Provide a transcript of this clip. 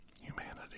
humanity